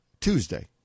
Tuesday